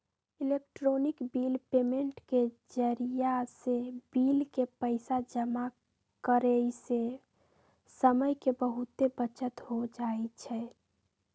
electronic bill payment के जरियासे bill के पइसा जमा करेयसे समय के बहूते बचत हो जाई छै